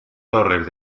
torres